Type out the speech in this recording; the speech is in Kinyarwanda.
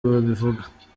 abivuga